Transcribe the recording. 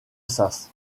sas